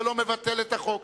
זה לא מבטל את החוק.